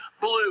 blue